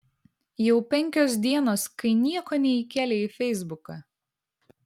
jau penkios dienos kai nieko neįkėlei į feisbuką